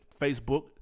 Facebook